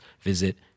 visit